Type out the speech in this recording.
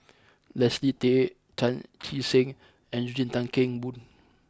Leslie Tay Chan Chee Seng and Eugene Tan Kheng Boon